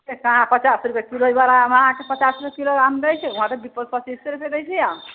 अहाँ पचास रूपये किलो आम अहाँके पचास रूपये किलो नै छै वहां तऽ पचीसे रूपये दै छै आम